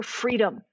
freedom